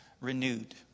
renewed